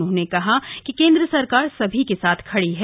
उन्होंने कहा कि केंद्र सरकार सभी के साथ खड़ी है